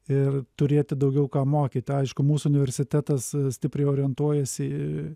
ir turėti daugiau ką mokyti aišku mūsų universitetas stipriai orientuojasi